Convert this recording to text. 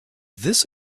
this